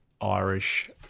Irish